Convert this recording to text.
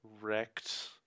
wrecked